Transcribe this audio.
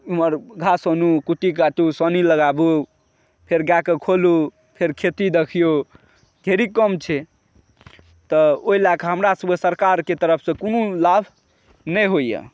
ओम्हर घास आनु कुटी काटु सानी लगाबू फेर गैके खोलु फेर खेती देखिऔ ढ़ेरिक काम छै तऽ ओहि लएकऽ हमरासभके सरकारके तरफसँ कोनो लाभ नहि होइए